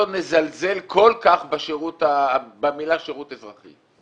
נזלזל כל כך במילים שירות אזרחי.